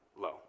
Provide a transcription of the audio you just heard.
low